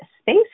space